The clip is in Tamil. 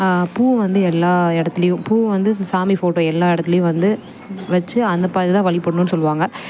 பூ வந்து எல்லா இடத்துலையும் பூ வந்து சாமி ஃபோட்டோ எல்லா இடத்துலையும் வந்து வச்சு அந்த படி தான் வழிபட்ணுன்னு சொல்லுவாங்க